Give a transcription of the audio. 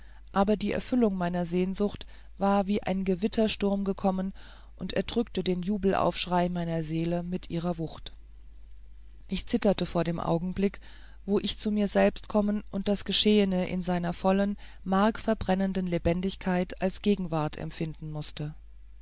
aber die erfüllung meiner sehnsucht war wie ein gewittersturm gekommen und erdrückte den jubelaufschrei meiner seele mit ihrer wucht ich zitterte vor dem augenblick wo ich zu mir selbst kommen und das geschehene in seiner vollen markverbrennenden lebendigkeit als gegenwart empfinden mußte